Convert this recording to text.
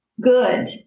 good